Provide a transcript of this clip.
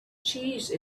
cheese